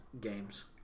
games